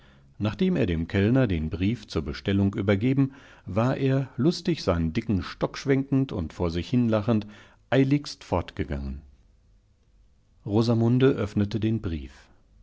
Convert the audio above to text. nachdem er dem kellner den brief zur bestellung übergeben war er lustig seinen dicken stock schwenkend und vor sich hinlachend eiligstfortgegangen rosamundeöffnetedenbrief die